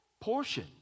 portion